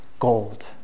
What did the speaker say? gold